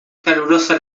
calurosa